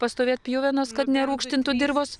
pastovėt pjuvenos kad nerūgštintų dirvos